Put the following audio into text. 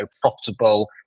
profitable